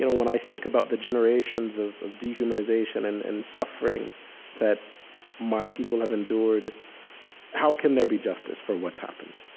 you know when i think about the generations of of dehumanization and and suffering that my people have endured how can there be justice for what's happened,